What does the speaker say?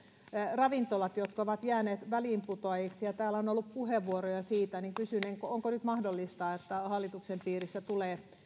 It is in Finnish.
ravintolat jotka ovat jääneet väliinputoajiksi ja täällä on ollut puheenvuoroja siitä kysyn onko nyt mahdollista että hallituksen piirissä tulee